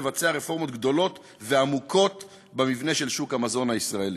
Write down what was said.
נבצע רפורמות גדולות ועמוקות במבנה של שוק המזון הישראלי.